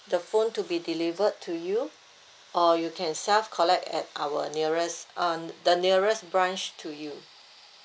the phone to be delivered to you or you can self-collect at our nearest um the nearest branch to you